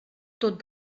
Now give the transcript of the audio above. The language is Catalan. tot